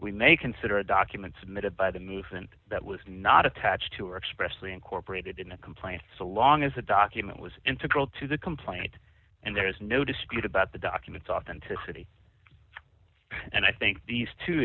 we may consider a document submitted by the movement that was not attached to or expressly incorporated in the complaint so long as that document was integral to the complaint and there is no dispute about the documents authenticity and i think these two